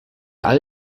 all